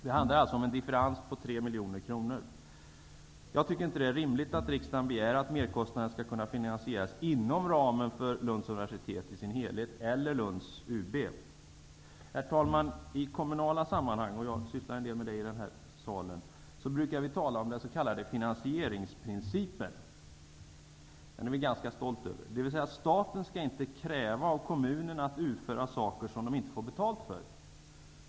Det handlar alltså om en differens på 3 Jag tycker inte att det är rimligt att riksdagen begär att merkostnaden skall finansieras inom ramen för budgeten för Lunds universitet i sin helhet eller Herr talman! I kommunala sammanhang -- jag sysslar en hel del med sådana frågor -- brukar vi tala om den s.k. finansieringsprincipen. Den är vi ganska stolta över. Staten skall alltså inte kräva av kommunerna att utföra saker som de inte får betalt för.